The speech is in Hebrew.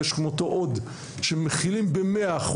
ויש כמותו עוד שמכילים ב-100%,